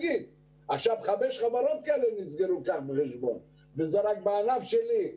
חמש חברות כאלה נסגרו כאן, וזה רק בענף שלי.